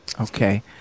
Okay